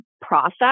process